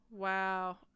Wow